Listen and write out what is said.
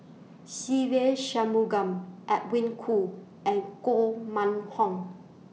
Se Ve Shanmugam Edwin Koo and Koh Mun Hong